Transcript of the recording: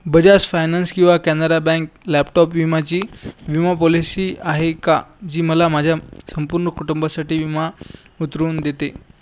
Bajaj finance किंवा Canara bank laptop विमाची विमा पॉलिसी आहे का जी मला माझ्या संपूर्ण कुटुंबासाठी विमा उतरून देते